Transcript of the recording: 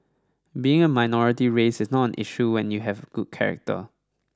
being a minority race is not an issue when you have good character